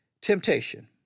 Temptation